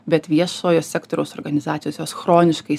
bet viešojo sektoriaus organizacijos jos chroniškai